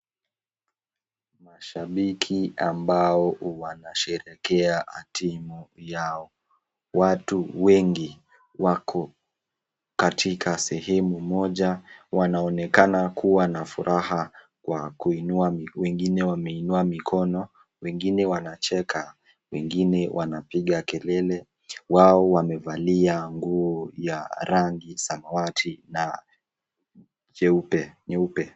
Mashabiki ambao wanasherekea timu yao. Watu wengi wako katika sehemu moja, wanaonekana kuwa na furaha, kwa kuinua. wengine wameinua mikono, wengine wanacheka, wengine wanapiga kelele. Wao wamevalia nguo ya rangi samawati na nyeupe.